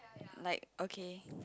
like okay